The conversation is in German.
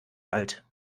alt